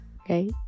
Okay